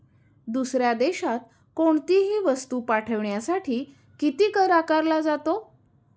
दुसऱ्या देशात कोणीतही वस्तू पाठविण्यासाठी किती कर आकारला जातो?